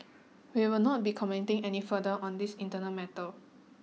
we will not be commenting any further on this internal matter